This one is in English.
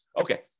Okay